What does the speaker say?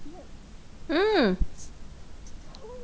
mm